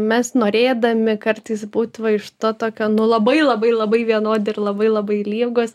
mes norėdami kartais būt va iš to tokio nu labai labai labai vienodi ir labai labai lygūs